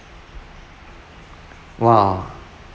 !wah!